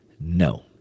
No